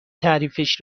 تعریفش